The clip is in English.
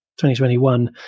2021